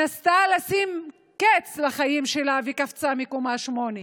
שניסתה לשים קץ לחיים שלה וקפצה מקומה שמינית.